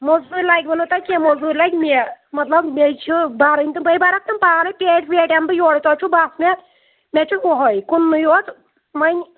موزوٗرۍ لگِوٕ نہٕ تۄہہِ کیٚنٛہہ موٚزوٗرۍ لگہِ مےٚ مطلب مے چھِ بَرٕنۍ تہٕ بٔے بَرَکھ تِم پانَے پیٹہِ ویٹہِ اَمہٕ بہٕ یورَے تۄہہِ چھُو بَس مےٚ مےٚ چھُ یِہَے کُننُے یوت وۄنۍ